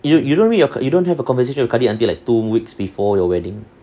you don't really you don't have a conversation with kadi until like two weeks before your wedding